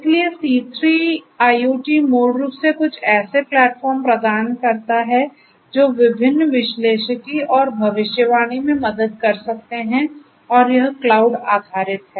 इसलिए C3 IoT मूल रूप से कुछ ऐसे प्लेटफ़ॉर्म प्रदान करता है जो विभिन्न विश्लेषिकी और भविष्यवाणी में मदद कर सकते हैं और यह क्लाउड आधारित है